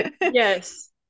Yes